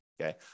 okay